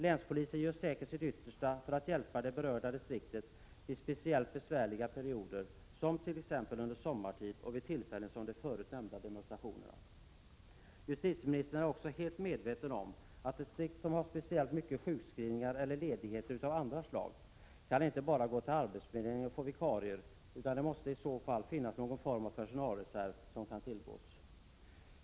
Länspolisen gör säkert sitt yttersta för att hjälpa det berörda distriktet under speciellt besvärliga perioder, t.ex. sommartid och tillfällen som de förut nämnda demonstrationerna. Justitieministern är också helt medveten om att distrikt, som har speciellt många sjukskrivningar eller ledigheter av andra slag, inte bara kan gå till arbetsförmedlingen och få vikarier — det måste i så fall finnas någon form av personalreserv att tillgå.